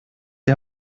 die